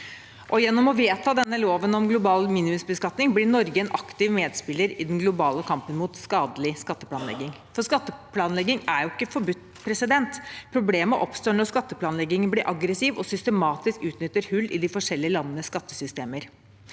Gjennom å vedta loven om global minimumsbeskatning blir Norge en aktiv medspiller i den globale kampen mot skadelig skatteplanlegging. For skatteplanlegging er ikke forbudt. Problemet oppstår når skatteplanleggingen blir aggressiv og systematisk utnytter hull i de forskjellige landenes skattesystemer.